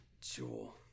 Jewel